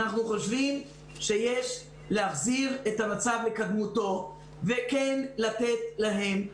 אנחנו חושבים שיש להחזיר את המצב לקדמותו וכן לתת להם,